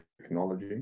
technology